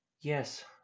Yes